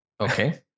Okay